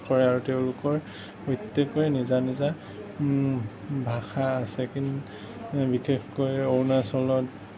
আৰু তেওঁলোকৰ প্ৰত্যেকৰে নিজা নিজা ভাষা আছে কিন্তু বিশেষকৈ অৰুণাচলত